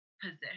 position